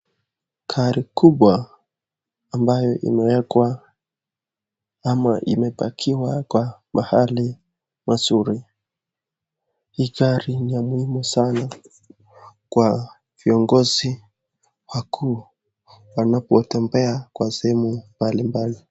Gari kubwa ambayo imeekwa ama imepakiwa kwa mahali pazuri. Hii gari ni ya muhimu sana kwa viongozi wakuu wanapotembea kwa sehemu mbalimbali.